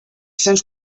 cents